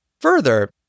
further